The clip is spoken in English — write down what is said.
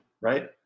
right